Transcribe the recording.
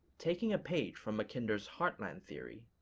taking a page from mackinder's heartland theory,